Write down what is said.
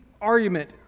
argument